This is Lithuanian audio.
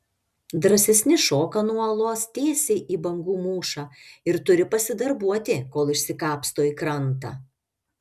drąsesni šoka nuo uolos tiesiai į bangų mūšą ir turi pasidarbuoti kol išsikapsto į krantą